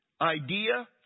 idea